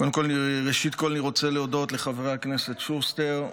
קודם כול אני רוצה להודות לחברי הכנסת שוסטר,